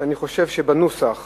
שבנוסח